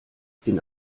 bin